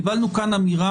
קיבלנו כאן אמירה,